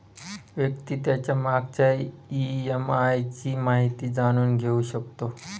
व्यक्ती त्याच्या मागच्या ई.एम.आय ची माहिती जाणून घेऊ शकतो